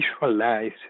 visualize